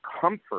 comfort